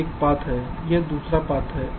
यह एक पाथ है यह दूसरा पाथ है